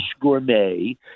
Gourmet